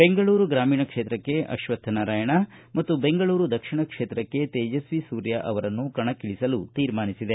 ಬೆಂಗಳೂರು ಗ್ರಮೀಣ ಕ್ಷೇತ್ರಕ್ಕೆ ಅಕ್ವಕ್ಷನಾರಾಯಣ ಮತ್ತು ಬೆಂಗಳೂರು ದಕ್ಷಿಣ ಕ್ಷೇತ್ರಕ್ಕೆ ತೇಜಸ್ವಿ ಸೂರ್ಯ ಅವರನ್ನು ಕಣಕ್ಕಿಳಿಸಲು ತೀರ್ಮಾನಿಸಿದೆ